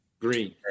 green